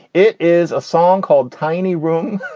it is a song called tiny room.